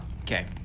Okay